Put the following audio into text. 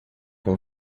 com